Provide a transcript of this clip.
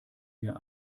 wir